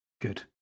Good